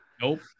Nope